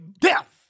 death